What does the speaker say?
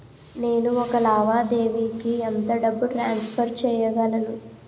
నేను ఒక లావాదేవీకి ఎంత డబ్బు ట్రాన్సఫర్ చేయగలను?